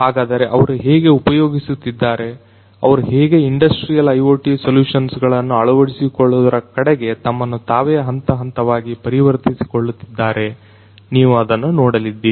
ಹಾಗಾದರೆ ಅವರು ಹೇಗೆ ಉಪಯೋಗಿಸುತ್ತಿದ್ದಾರೆ ಅವರು ಹೇಗೆ ಇಂಡಸ್ಟ್ರಿಯಲ್ IoT ಸಲ್ಯೂಷನ್ಸ್ ಗಳನ್ನು ಅಳವಡಿಸಿಕೊಳ್ಳುವುದರ ಕಡೆಗೆ ತಮ್ಮನ್ನು ತಾವೇ ಹಂತಹಂತವಾಗಿ ಪರಿವರ್ತಿಸಿ ಕೊಳ್ಳುತ್ತಿದ್ದಾರೆ ನೀವು ಅದನ್ನು ನೋಡಲಿದ್ದೀರಿ